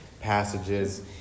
passages